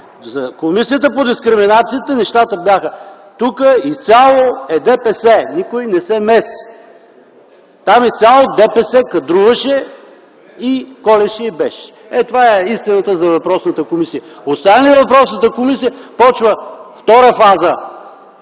за защита от дискриминация нещата бяха – тук изцяло е ДПС, никой не се меси. Там изцяло ДПС кадруваше, колеше и бесеше. Ето това е истината за въпросната комисия. Остане ли въпросната комисия, започва втора фаза